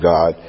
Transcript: God